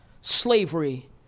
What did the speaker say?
slavery